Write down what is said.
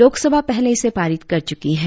लोकसभा पहले ही इसे पारित कर चुकी है